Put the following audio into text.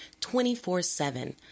24-7